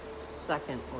second